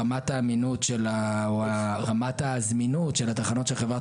רמת האמינות או רמת הזמינות של התחנות של חברת